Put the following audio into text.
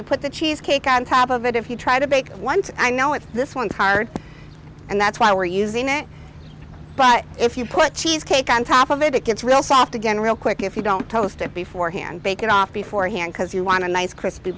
you put the cheesecake on top of it if you try to bake once i know it's this one card and that's why we're using it but if you put cheesecake on top of it it gets real soft again real quick if you don't toast it before hand bake it off before hand because you want a nice cris